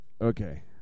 okay